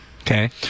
Okay